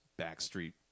Backstreet